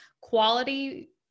quality